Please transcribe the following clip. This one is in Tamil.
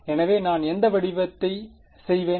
எனவே நான் எந்த வடிவத்தை செய்வேன்